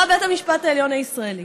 בא בית המשפט העליון הישראלי